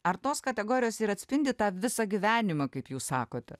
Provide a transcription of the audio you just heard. ar tos kategorijos ir atspindi tą visą gyvenimą kaip jūs sakote